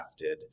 crafted